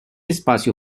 espacio